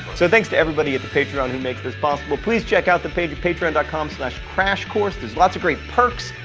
so thanks to everybody at the patreon who makes this possible. please check out the page at patreon dot com slash crashcourse there's lots of great perks.